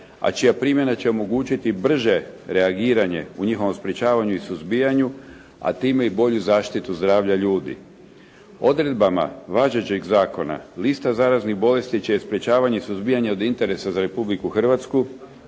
a čija primjena će omogućiti brže reagiranje u njihovom sprečavanju i suzbijanju, a time i bolju zaštitu zdravlja ljudi. Odredbama važećeg zakona lista zaraznih bolesti čije sprečavanje i suzbijanje je od interesa za Republiku Hrvatsku